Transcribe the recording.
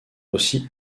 aussi